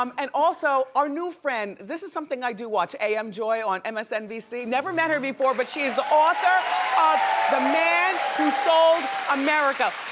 um and also our new friend, this is something i do watch, am joy on and msnbc, never met her before but she is the author of the man who sold america.